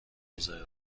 اسلو